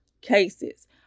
cases